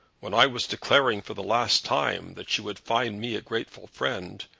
when i was declaring for the last time that she would find me a grateful friend,